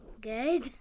Good